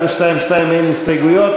ו-2(2) אין הסתייגויות,